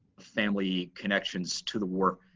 family connections to the war.